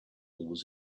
was